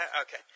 okay